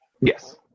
Yes